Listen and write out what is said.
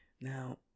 now